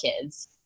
kids